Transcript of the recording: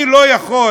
אני לא יכול,